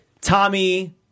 Tommy